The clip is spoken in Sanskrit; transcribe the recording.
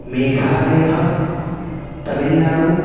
मेघालयः तमिल्नाडु